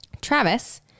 Travis